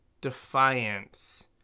Defiance